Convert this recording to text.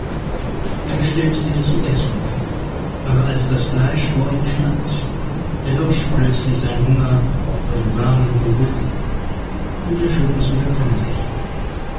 er bestellte sich zu essen aber als das fleisch vor ihm stand erlosch plötzlich sein hunger vor dem warmen geruch und er schob es wieder von sich